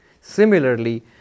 Similarly